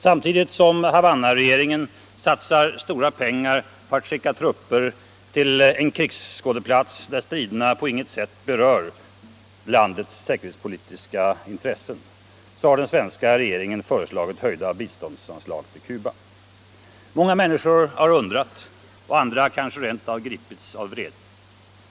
Samtidigt som Havannaregeringen satsar stora pengar på att skicka trupper till en krigsskådeplats där striderna på inget sätt berör landets säkerhetspolitiska intressen har den svenska regeringen föreslagit höjda biståndsanslag till Cuba. Många människor har undrat, och andra har gripits av vrede.